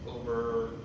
over